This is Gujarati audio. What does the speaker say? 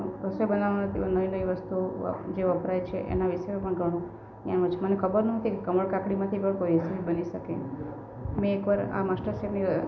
રસોઈ બનાવાનું તે નવી નવી વસ્તુઓ જે વપરાય છે એનાં વિશે પણ ઘણું એ મને ખબર નોતી કે કમળકાંકડીમાંથી પણ કોઈ રેસીપી બની શકે મેં એકવાર આ માસ્ટર શેફની